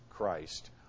Christ